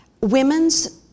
women's